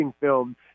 film